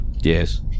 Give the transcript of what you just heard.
Yes